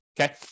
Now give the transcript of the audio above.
Okay